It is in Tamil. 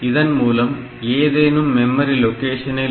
இதன் மூலம் ஏதேனும் மெமரி லொகேஷனில்